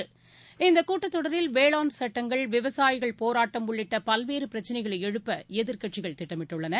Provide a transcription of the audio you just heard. வேளாண் இந்தக் கூட்டத் தொடரில் சட்டங்கள் விவசாயிகள் போராட்டம் உள்ளிட்டபல்வேறுபிரச்சினைகளைஎழுப்ப எதிர்க்கட்சிகள் திட்டமிட்டுள்ளன